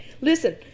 listen